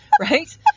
right